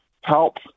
help